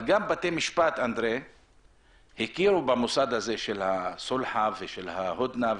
גם בתי משפט הכירו במוסד הזה של הסולחה וההודנא.